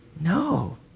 No